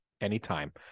anytime